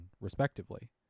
respectively